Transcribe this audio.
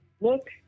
Look